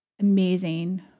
amazing